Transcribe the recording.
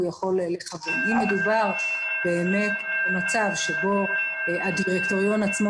אם מדובר במצב שבו הדירקטוריון עצמו